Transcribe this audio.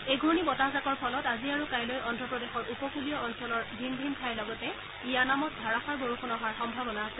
এই ঘূৰ্ণী বতাহজাকৰ ফলত আজি আৰু কাইলৈ অন্ধ্ৰপ্ৰদেশৰ উপকূলীয় অঞ্চলৰ ভিন ভিন ঠাইৰ লগতে য়ানামত ধাৰাষাৰ বৰষুণ অহাৰ সম্ভাৱনা আছে